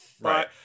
Right